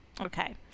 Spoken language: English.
Okay